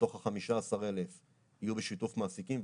מתוך ה-15,000 יהיו בשיתוף מעסיקים.